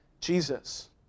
Jesus